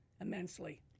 immensely